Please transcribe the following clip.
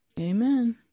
Amen